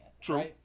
True